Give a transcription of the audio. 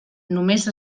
només